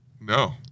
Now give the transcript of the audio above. No